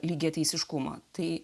lygiateisiškumą tai